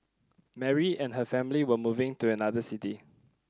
Mary and her family were moving to another city